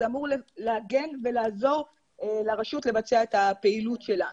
זה אמור להגן לעזור לרשות לבצע את הפעילות שלה.